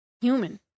human